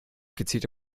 gezielte